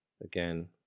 again